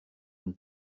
une